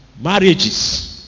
marriages